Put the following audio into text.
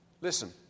Listen